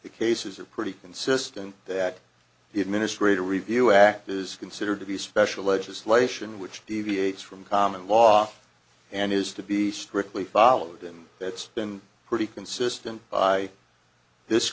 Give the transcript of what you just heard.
the cases are pretty insistent that the administrative review act is considered to be special legislation which deviates from common law and is to be strictly followed him that's been pretty consistent by this